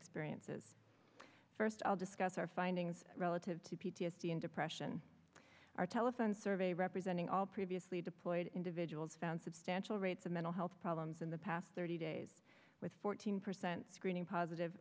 experiences first i'll discuss our findings relative to p t s d and depression our telephone survey representing all previously deployed individuals found substantial rates of mental health problems in the past thirty days with fourteen percent screening positive